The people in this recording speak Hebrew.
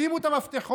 שימו את המפתחות,